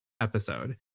episode